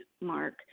Mark